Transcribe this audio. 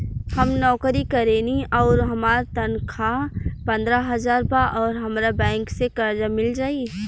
हम नौकरी करेनी आउर हमार तनख़ाह पंद्रह हज़ार बा और हमरा बैंक से कर्जा मिल जायी?